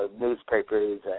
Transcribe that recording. newspapers